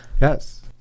Yes